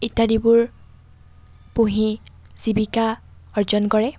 ইত্যাদিবোৰ পুহি জীৱিকা অৰ্জন কৰে